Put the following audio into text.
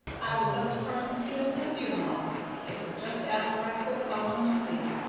i was up to parsonsfield to the funeral it was just after i quit following the sea.